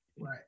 right